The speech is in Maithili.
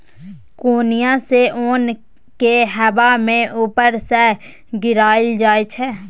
कोनियाँ सँ ओन केँ हबा मे उपर सँ गिराएल जाइ छै